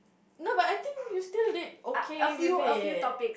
no but I think you still did okay with it